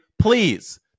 Please